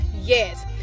Yes